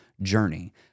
journey